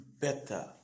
better